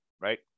right